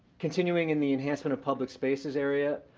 continuing in the enhancement of public spaces area,